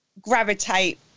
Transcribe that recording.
gravitate